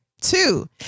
Two